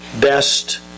best